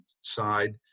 side